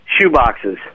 shoeboxes